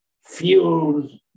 fuels